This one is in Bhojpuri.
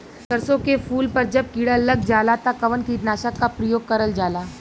सरसो के फूल पर जब किड़ा लग जाला त कवन कीटनाशक क प्रयोग करल जाला?